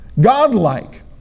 God-like